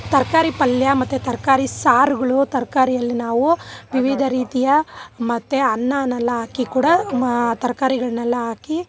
ತರಕಾರಿ ಪಲ್ಯ ಮತ್ತು ತರಕಾರಿ ಸಾರುಗಳು ತರಕಾರಿಯಲ್ಲಿ ನಾವು ವಿವಿಧ ರೀತಿಯ ಮತ್ತೆ ಅನ್ನವೆಲ್ಲ ಹಾಕಿ ಕೂಡ ಮಾ ತರಕಾರಿಗಳ್ನೆಲ್ಲ ಹಾಕಿ